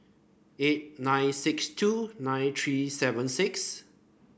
eight nine six two nine three seven six